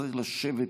צריך לשבת איתם,